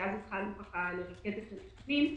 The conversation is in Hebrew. שאז התחלנו לרכז את הנתונים.